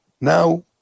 now